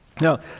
Now